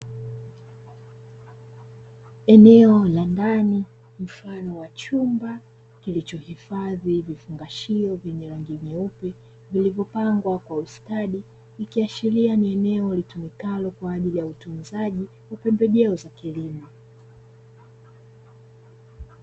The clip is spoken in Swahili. Eneo la ndani mfano wa chumba, kilichohifadhi vifungashio vyenye rangi nyeupe, vilivyopangwa kwa ustadi ikiashiria ni eneo litumikalo kwa ajili ya utunzaji wa pembejeo za kilimo.